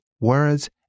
words